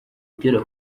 ugera